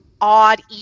odd